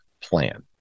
plan